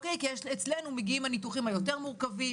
כי אצלנו מגיעים הניתוחים היותר מורכבים,